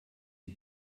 you